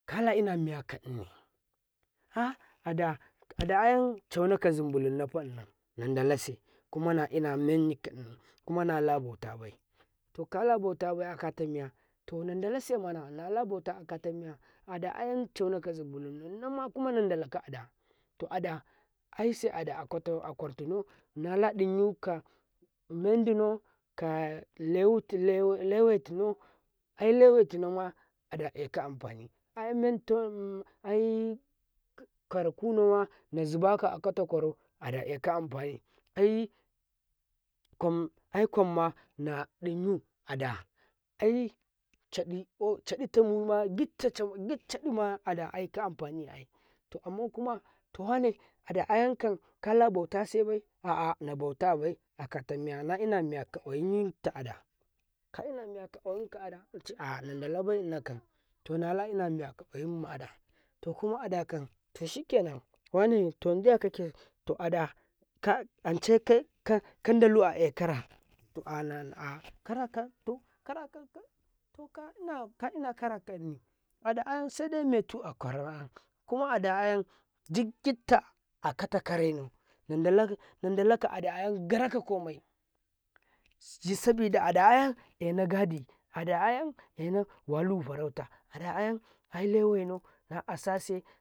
﻿kala ina miya kanni ah ada ayan cauna ka zum Bulunnan nanda lase kuma nalna menyi kanni nala bautabai to kala bautabai akatamiya to nan dalase nala bauta akata ruiya ada ayan cauna kazumbulunnau nama kuma nan dala ka'ada to ada ai se ada a ƙwartinau nadin yuka mendinau kalewaitinau aile wai tinama adaeka amfani ai ai ƙwara kunama na zubaka akata ƙwarau ada eka amafani ai ƙwamma nadin yu ada caditimuma gida ada eka amfani ai to amma kuma wane ada ayan ka kala bau tasebai aa nabau to bai kata miya naina miya ka ƙwaryi ngin tu ada kain miya kaƙwayim ma'ada nada labaidina kannala ina miya kaƙwa yimma ada to kuma ada ken to shi kenan to ada ka ance kandalu ayeka ra to a kara to kara kalna kara ka ni meta ayan sede metu aƙwarai kuma adayan garaka komai sabida ada ayan ena ka gadi ada ayan walu farau ta ada ayan ailewainau a sase.